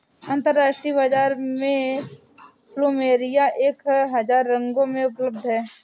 अंतरराष्ट्रीय बाजार में प्लुमेरिया एक हजार रंगों में उपलब्ध हैं